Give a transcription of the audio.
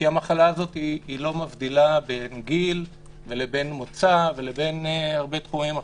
כי המחלה הזאת לא מבדילה בין גיל לבין מוצא לבין הרבה תחומים אחרים.